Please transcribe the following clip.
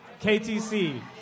KTC